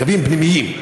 קווים פנימיים,